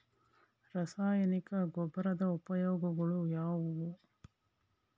ರಾಸಾಯನಿಕ ಗೊಬ್ಬರದ ಉಪಯೋಗಗಳು ಯಾವುವು?